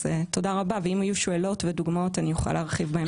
אם יהיו שאלות ודוגמאות אוכל להרחיב.